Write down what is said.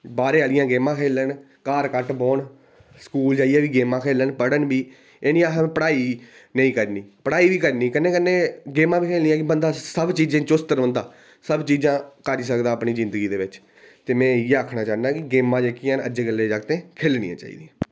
बाहरै आह्लियां गेमां खेल्लन घर घट्ट बौह्न स्कूल जाइयै बी गेमां खेल्लन पढ़न बी एह् निं आक्खदे पढ़ाई नेईं करनी पढ़ाई करनी कन्नै कन्नै गैमां बी खेल्लनियां बंदा दिनें हर चीज़ै ई चुस्त रौहंदा सब चीज़ धारी सकदा अपनी जिंदगी बिच ते में इयै आक्खना चाह्नां कि गेमां जेह्कियां न अज्जकल दे जागतें खेल्लनियां चाही दियां